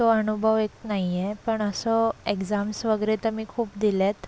तो अनुभव येत नाही आहे पण असं एक्झाम्स वगैरे तर मी खूप दिल्या आहेत